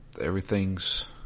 everything's